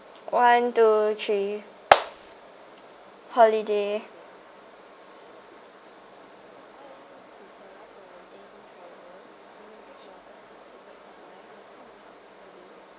one two three holiday